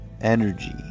Energy